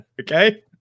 okay